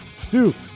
Stoops